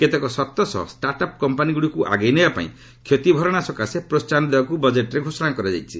କେତେକ ସର୍ଉ ସହ ଷ୍ଟାର୍ଟ ଅପ୍ କମ୍ପାନୀଗୁଡ଼ିକୁ ଆଗେଇ ନେବାପାଇଁ କ୍ଷତିଭରଣା ସକାଶେ ପ୍ରୋହାହନ ଦେବାକୁ ବଜେଟ୍ରେ ଘୋଷଣା କରାଯାଇଛି